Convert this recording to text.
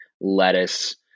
lettuce